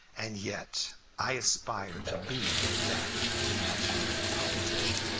and yet i aspire to be that imaginary politician,